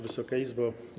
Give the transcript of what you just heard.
Wysoka Izbo!